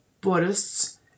Buddhists